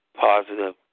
Positive